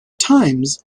times